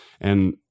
And-